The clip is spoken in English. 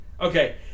Okay